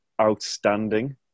outstanding